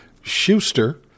Schuster